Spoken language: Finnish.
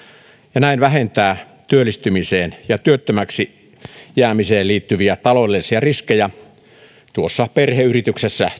ja näin vähentää työllistymiseen ja työttömäksi jäämiseen liittyviä taloudellisia riskejä tämän työskennellessä tuossa perheyrityksessä